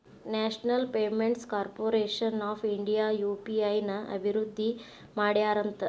national payments corporation of India UPI ನ ಅಭಿವೃದ್ಧಿ ಮಾಡ್ಯಾದಂತ